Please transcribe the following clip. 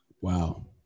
Wow